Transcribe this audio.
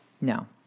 No